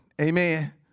Amen